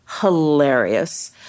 hilarious